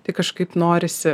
tai kažkaip norisi